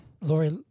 Lori